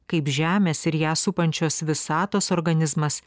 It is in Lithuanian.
kaip žemės ir ją supančios visatos organizmas